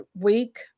week